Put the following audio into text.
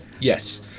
Yes